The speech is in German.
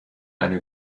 eine